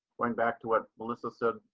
going back to what melissa said,